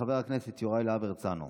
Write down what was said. חבר הכנסת יוראי להב הרצנו,